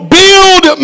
build